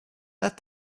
that